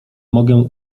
mogę